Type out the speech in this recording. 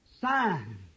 sign